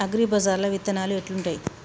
అగ్రిబజార్ల విత్తనాలు ఎట్లుంటయ్?